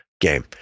game